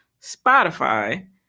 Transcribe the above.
Spotify